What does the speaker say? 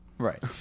Right